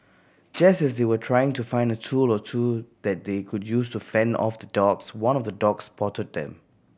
just as they were trying to find a tool or two that they could use to fend off the dogs one of the dogs spotted them